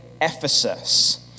Ephesus